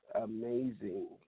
amazing